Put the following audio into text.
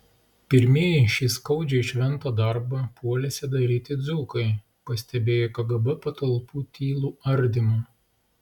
pirmieji šį skaudžiai šventą darbą puolėsi daryti dzūkai pastebėję kgb patalpų tylų ardymą